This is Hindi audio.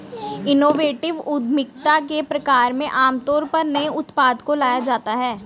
इनोवेटिव उद्यमिता के प्रकार में आमतौर पर नए उत्पाद को लाया जाता है